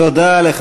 תודה רבה, אדוני.